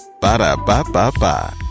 Ba-da-ba-ba-ba